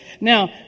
Now